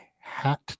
hat